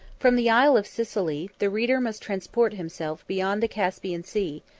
from the isle of sicily, the reader must transport himself beyond the caspian sea,